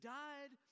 died